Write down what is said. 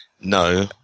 no